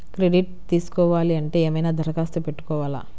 Credit తీసుకోవాలి అంటే ఏమైనా దరఖాస్తు పెట్టుకోవాలా?